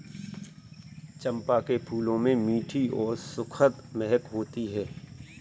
चंपा के फूलों में मीठी और सुखद महक होती है